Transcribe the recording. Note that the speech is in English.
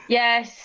yes